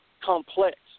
complex